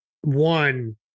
one